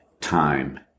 time